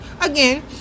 again